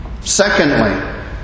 Secondly